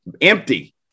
empty